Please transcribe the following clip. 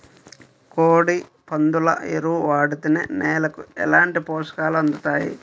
కోడి, పందుల ఎరువు వాడితే నేలకు ఎలాంటి పోషకాలు అందుతాయి